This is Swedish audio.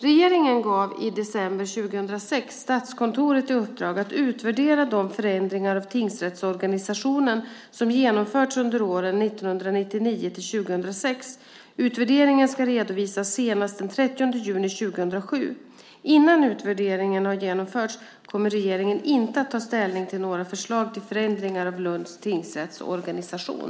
Regeringen gav i december 2006 Statskontoret i uppdrag att utvärdera de förändringar av tingsrättsorganisationen som genomförts under åren 1999-2006. Utvärderingen ska redovisas senast den 30 juni 2007. Innan utvärderingen har genomförts kommer regeringen inte att ta ställning till några förslag till förändringar av Lunds tingsrätts organisation.